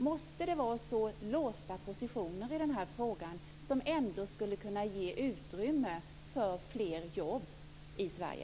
Måste det vara så låsta positioner i den här frågan, som ändå skulle kunna ge utrymme för fler jobb i Sverige?